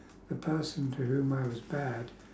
the person to whom I was bad